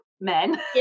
men